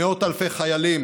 ומאות אלפי חיילים